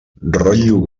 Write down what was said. rotllo